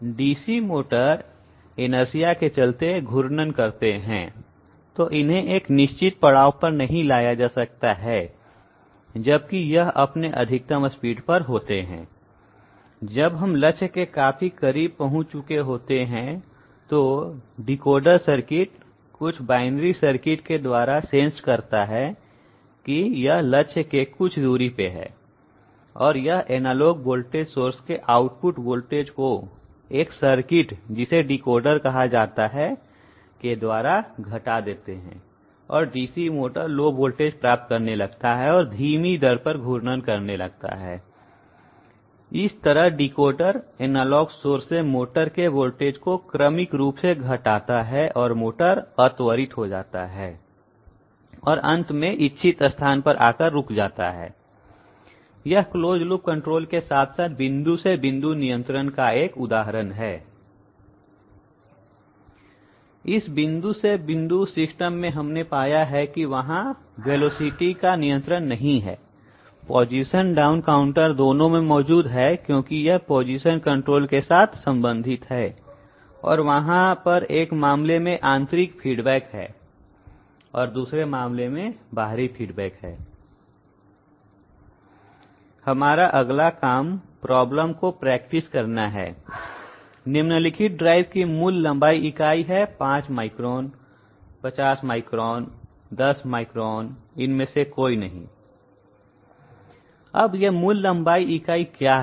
DC motor इन inertia के चलते घूर्णन करते हैं तो इन्हें एक निश्चित पड़ाव पर नहीं लाया जा सकता है जबकि यह अपने अधिकतम स्पीड पर होते हैं जब हम लक्ष्य के काफी करीब पहुंच चुके होते हैं तो डिकोडर सर्किट कुछ बायनरी सर्किट के द्वारा सेंस करता है की यह लक्ष्य के कुछ दूरी पर है और यह एनालॉग वोल्टेज सोर्स के आउटपुट वोल्टेज को एक सर्किट जिसे डिकोडर कहा जाता है के द्वारा घटा देते हैं और डीसी मोटर लो वोल्टेज प्राप्त करने लगता है और धीमी दर से घूर्णन करने लगता है इस तरह डिकोडर एनालॉग सोर्स से मोटर के वोल्टेज को क्रमिक रूप से घटाता है और मोटर अत्वरित होता है और अंत में इच्छित स्थान पर आकर रुक जाता है यह क्लोज लूप कंट्रोल के साथ बिंदु से बिंदु नियंत्रण का एक उदाहरण है इन बिंदु से बिंदु सिस्टम में हमने पाया है कि वहां वेग नियंत्रण नहीं है पोजीशन डाउन काउंटर दोनों में मौजूद है क्योंकि यह पोजीशन कंट्रोल के साथ संबंधित है और वहां पर एक मामले में आंतरिक फीडबैक है और दूसरे मामले में बाहरी फीडबैक है हमारा अगला काम प्रॉब्लम को प्रैक्टिस करना है निम्नलिखित ड्राइव की मूल लंबाई इकाई है 5 माइक्रोन 50 माइक्रोन 10 माइक्रोन इनमें से कोई नहीं मूल लंबाई इकाई क्या है